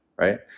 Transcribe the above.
right